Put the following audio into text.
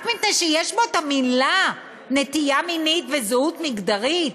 רק מפני שיש בו את המילה נטייה מינית וזהות מגדרית?